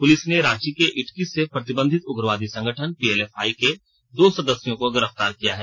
police ने रांची के इटकी से प्रतिबंधित उग्रवादी संगठन पीएलएफआई के दो सदस्यों को गिरफ्तार किया है